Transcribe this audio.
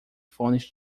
fones